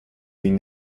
been